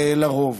לרוב,